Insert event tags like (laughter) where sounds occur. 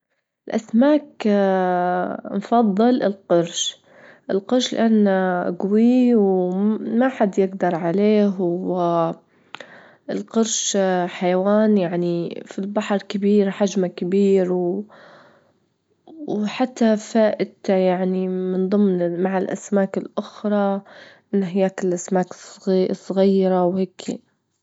الأسماك (hesitation) نفضل القرش، القرش لإن جوي وما حد يجدر عليه، والقرش (hesitation) حيوان يعني في البحر كبير حجمه كبير، وحتى فائدته يعني من ضمن مع الأسماك الأخرى إنه يأكل الأسماك الص- الصغيرة وهيك. (noise)